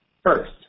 First